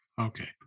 Okay